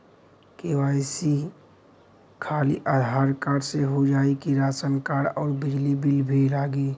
KYC खाली Aadhaar card से हो जाए कि राशन कार्ड अउर बिजली बिल भी लगी?